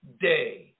day